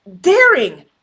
daring